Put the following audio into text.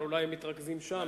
אבל אולי הם מתרכזים שם,